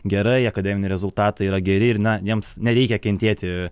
gerai akademiniai rezultatai yra geri ir na jiems nereikia kentėti